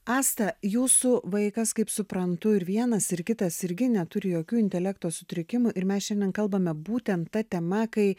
asta jūsų vaikas kaip suprantu ir vienas ir kitas irgi neturi jokių intelekto sutrikimų ir mes šiandien kalbame būtent ta tema kai